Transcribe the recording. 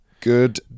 good